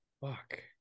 Fuck